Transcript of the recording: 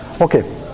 Okay